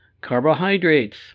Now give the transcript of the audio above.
Carbohydrates